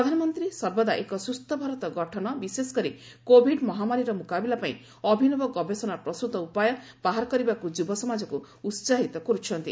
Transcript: ପ୍ରଧାନମନ୍ତ୍ରୀ ସର୍ବଦା ଏକ ସୁସ୍ଥ ଭାରତ ଗଠନ ବିଶେଷକରି କୋଭିଡ୍ ମହାମାରୀର ମୁକାବିଲା ପାଇଁ ଅଭିନବ ଗବେଷଣା ପ୍ରସୃତ ଉପାୟ ବାହାର କରିବାକୁ ଯୁବସମାଜକୁ ଉତ୍ସାହିତ କରୁଛନ୍ତି